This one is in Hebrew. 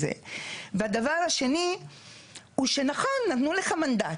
והדבר השני הוא שנכון, נתנו לך מנדט.